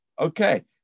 Okay